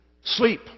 sleep